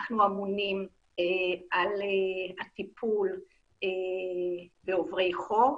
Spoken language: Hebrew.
אנחנו אמונים על הטיפול בעוברי חוק,